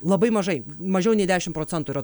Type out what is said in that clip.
labai mažai mažiau nei dešim procentų yra